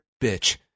bitch